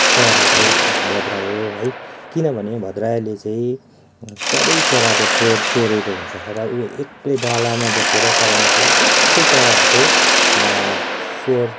चरा चाहिँ भद्रायो है किनभने भद्रायोले चाहिँ सबै चराको स्वर चोरेको हुन्छ र ऊ एक्लै डालामा बसेर कराउँदाखेरि सबै चराहरूको स्वर